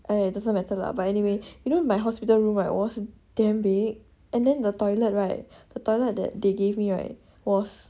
!aiya! doesn't matter lah but anyway you know my hospital room right was damn big and then the toilet right the toilet that they gave me right was